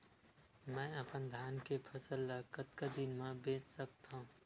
मैं अपन धान के फसल ल कतका दिन म बेच सकथो?